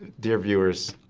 dear viewers,